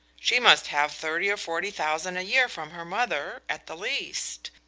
she must have thirty or forty thousand a year from her mother, at the least.